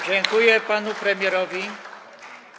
Dziękuję panu premierowi.